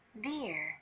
dear